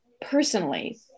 personally